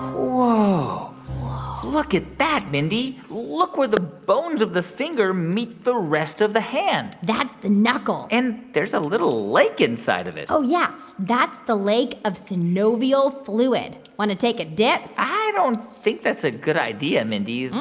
whoa look at that, mindy. look where the bones of the finger meet the rest of the hand that's the knuckle and there's a little lake inside of it oh, yeah. that's the lake of synovial fluid. want to take a dip? i don't think that's a good idea, mindy.